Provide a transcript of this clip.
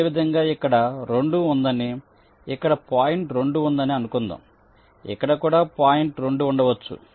అదేవిధంగా ఇక్కడ పాయింట్ 2 ఉందని ఇక్కడ పాయింట్ 2 ఉందని అనుకుందాం ఇక్కడ కూడా పాయింట్ 2 ఉండవచ్చు